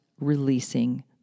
releasing